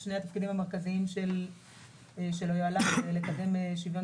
שני התפקידים המרכזיים של היועל"ן זה לקדם שוויון